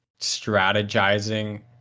strategizing